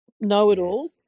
know-it-all